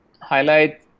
highlight